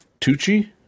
Tucci